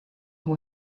who